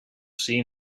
seen